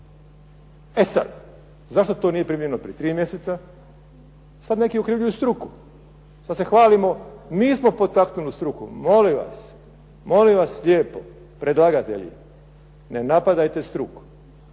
E zašto, zašto to nije primljeno prije tri mjeseca, sada neki okrivljuju struku, sada se hvalimo mi smo potaknuli struku, molim vas lijepo predlagatelji ne napadajte struku.